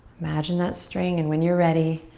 imagine that string. and when you're ready,